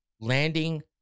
landing